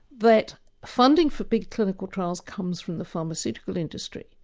but funding for big clinical trials comes from the pharmaceutical industry.